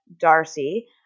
Darcy